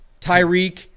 Tyreek